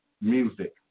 music